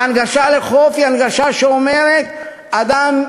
הנגשה של חוף היא הנגשה שאומרת שחייבים